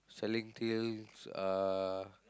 selling things uh